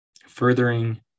furthering